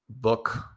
book